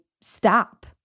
stop